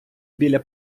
біля